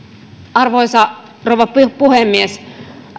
arvoisa rouva puhemies